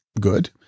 good